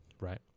right